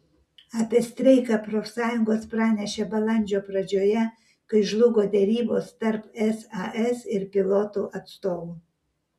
apie streiką profsąjungos pranešė balandžio pradžioje kai žlugo derybos tarp sas ir pilotų atstovų